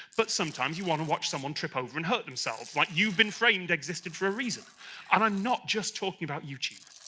but sometimes you want to watch someone trip over and hurt themselves like you've been framed! existed for a reason and i'm not just talking about youtube.